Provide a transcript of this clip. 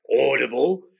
audible